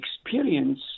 experience